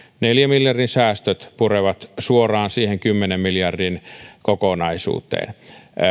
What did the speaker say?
neljän miljardin säästöt purevat suoraan siihen kymmenen miljardin kokonaisuuteen